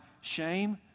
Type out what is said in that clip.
shame